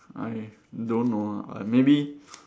I don't know ah uh maybe